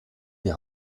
die